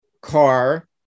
car